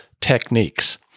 techniques